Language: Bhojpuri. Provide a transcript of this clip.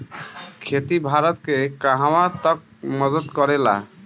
खेती भारत के कहवा तक मदत करे ला?